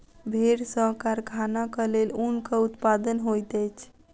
भेड़ सॅ कारखानाक लेल ऊनक उत्पादन होइत अछि